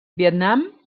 vietnam